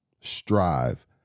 strive